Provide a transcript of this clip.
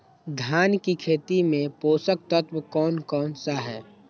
धान की खेती में पोषक तत्व कौन कौन सा है?